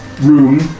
room